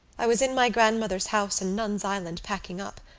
i was in my grandmother's house in nuns' island, packing up,